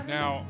Now